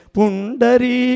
Pundari